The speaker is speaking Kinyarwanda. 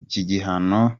gihano